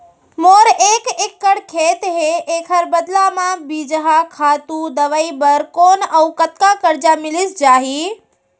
मोर एक एक्कड़ खेत हे, एखर बदला म बीजहा, खातू, दवई बर कोन अऊ कतका करजा मिलिस जाही?